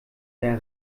der